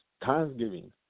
Thanksgiving